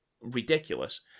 ridiculous